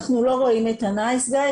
אנחנו לא רואים את ה"נייס גאי",